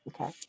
Okay